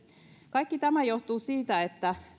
kaikki tämä johtuu siitä että